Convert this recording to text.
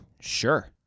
Sure